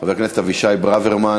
בדבר פיצול הצעת חוק לשינוי חברתי-כלכלי (תיקוני חקיקה)